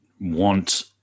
want